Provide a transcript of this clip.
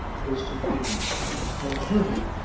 distant blue and, turning,